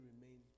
remain